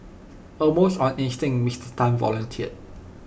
almost on instinct Mister Tan volunteered